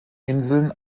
inseln